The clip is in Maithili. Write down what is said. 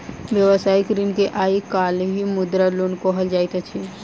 व्यवसायिक ऋण के आइ काल्हि मुद्रा लोन कहल जाइत अछि